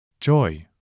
joy